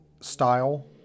style